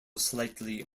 slightly